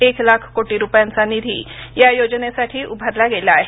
एक लाख कोटी रुपयांचा निधी या योजनेसाठी उभारला गेला आहे